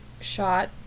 shot